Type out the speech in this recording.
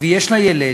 ויש לה ילד,